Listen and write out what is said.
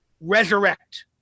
resurrect